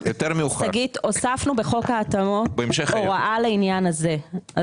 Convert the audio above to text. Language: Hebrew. הוספנו בחוק ההתאמות הוראה לעניין הזה.